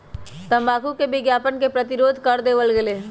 तंबाकू के विज्ञापन के प्रतिबंध कर देवल गयले है